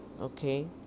okay